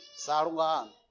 Sarungan